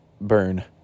burn